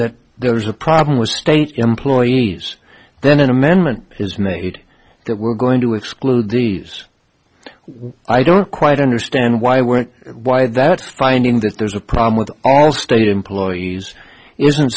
that there was a problem with state employees then an amendment is made that we're going to exclude these i don't quite understand why we're why that finding that there's a problem with all state employees isn't